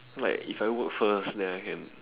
like if I work first then I can